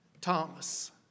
Thomas